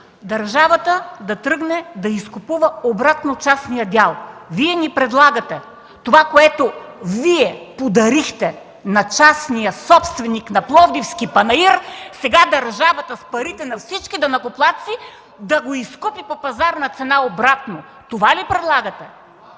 държавата да тръгне да изкупува обратно частния дял?! Предлагате ни това, което Вие подарихте на частния собственик на Пловдивския панаир, сега държавата с парите на всички данъкоплатци обратно да го изкупи по пазарна цена?! Това ли предлагате?!